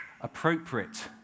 appropriate